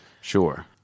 Sure